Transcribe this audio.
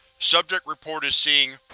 subject reported seeing